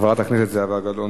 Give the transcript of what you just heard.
חברת הכנסת זהבה גלאון,